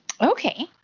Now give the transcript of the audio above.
Okay